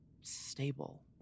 stable